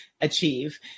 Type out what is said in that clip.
achieve